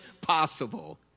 possible